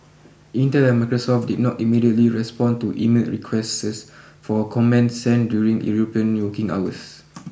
Intel and Microsoft did not immediately respond to emailed requests for comment sent during European working hours